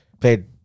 played